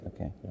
Okay